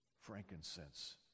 frankincense